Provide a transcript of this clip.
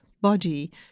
body